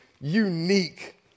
unique